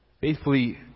faithfully